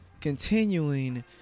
continuing